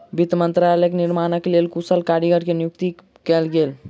वित्त मंत्रालयक निर्माणक लेल कुशल कारीगर के नियुक्ति कयल गेल